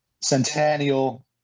centennial